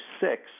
six